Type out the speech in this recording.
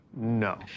no